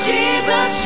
Jesus